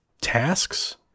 tasks